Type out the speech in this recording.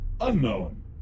unknown